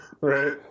Right